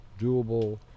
doable